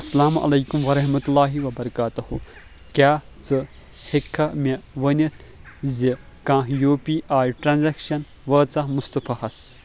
اَسلام علیکُم ورحمتہ اللہ وبَرکاتہ کیاہ ژٕ ہٮ۪کہٕ مےٚ ؤنِتھ زِ کانٛہہ یوٗ پی آیۍ ٹرانزیکشَن وٲژاہ مُصطفیٰ ہَس